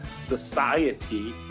society